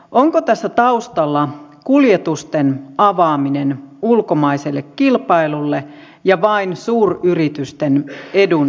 onko tässä taustalla kuljetusten avaaminen ulkomaiselle kilpailulle ja vain suuryritysten edun ajaminen